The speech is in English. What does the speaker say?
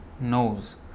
knows